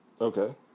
okay